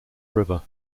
river